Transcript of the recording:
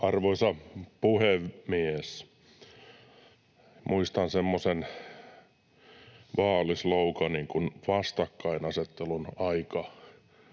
Arvoisa puhemies! Muistan semmoisen vaalisloganin kuin ”vastakkainasettelun aika